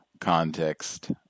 Context